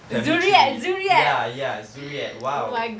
family tree ya ya zuriat !wow!